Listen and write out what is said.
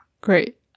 great